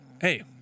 Hey